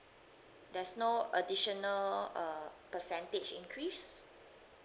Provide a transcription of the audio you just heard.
there's no additional uh percentage increase